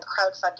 crowdfunding